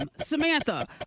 Samantha